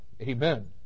Amen